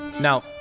Now